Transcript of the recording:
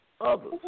others